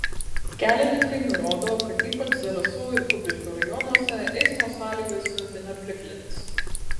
kelininkai nurodo kad ypač zarasų ir kupiškio rajonuose eismo sąlygas sunkina plikledis